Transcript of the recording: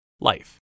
Life